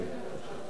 כן.